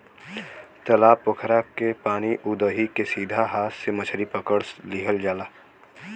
तालाब पोखरा के पानी उदही के सीधा हाथ से मछरी पकड़ लिहल जाला